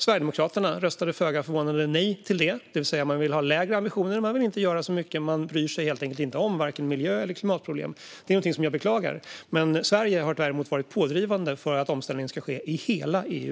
Sverigedemokraterna röstade föga förvånande nej till det, det vill säga man vill ha lägre ambitioner. Man vill inte göra så mycket. Man bryr sig helt enkelt inte om vare sig miljö eller klimatproblem. Det är någonting som jag beklagar. Sverige har däremot varit pådrivande för att omställning ska ske i hela EU.